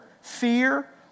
fear